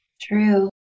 True